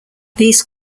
these